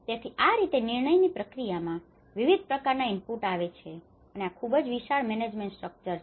તેથી આ રીતે નિર્ણયની પ્રક્રિયામાં વિવિધ પ્રકારના ઇનપુટ્સ આવે છે અને આ ખૂબ જ વિશાળ મેનેજમેન્ટ સ્ટ્રક્ચર છે